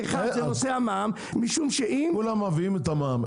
אחד זה נושא המע"מ משום שאם --- כולם מביאים את המע"מ.